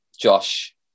Josh